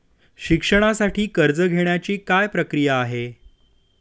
शिक्षणासाठी कर्ज घेण्याची काय प्रक्रिया आहे?